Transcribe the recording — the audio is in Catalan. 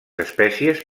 espècies